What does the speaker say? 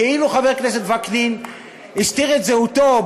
כאילו חבר הכנסת וקנין הסתיר את זהותו,